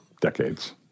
decades